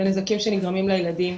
את הנזקים שנגרמים לילדים,